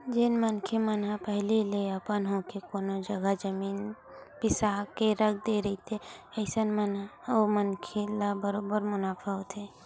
जेन मनखे मन ह पहिली ले अपन होके कोनो जघा जमीन बिसा के रख दे रहिथे अइसन म ओ मनखे ल बरोबर मुनाफा होथे